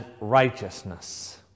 righteousness